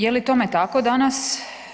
Je li tome tako danas?